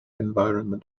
environment